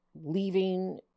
leaving